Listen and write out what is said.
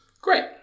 Great